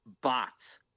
bots